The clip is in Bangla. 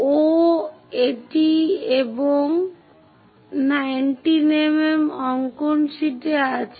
সুতরাং 0 এটি এবং 19 mm অঙ্কন শীটে আছে